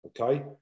okay